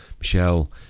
Michelle